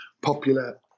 popular